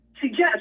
suggest